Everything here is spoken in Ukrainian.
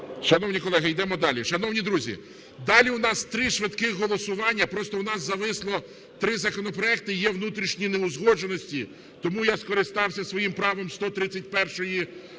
Шановні колеги, йдемо далі. Шановні друзі, далі в нас три швидких голосування. Просто у нас зависло три законопроекти, є внутрішні неузгодженості. Тому я скористався своїм правом 131 статті